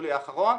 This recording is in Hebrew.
ביולי האחרון,